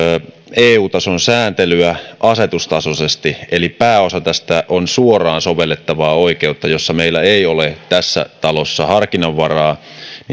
eu tason sääntelyä asetustasoisesti eli pääosa tästä on suoraan sovellettavaa oikeutta jossa meillä ei ole tässä talossa harkinnanvaraa niin